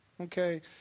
Okay